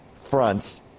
fronts